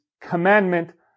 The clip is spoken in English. commandment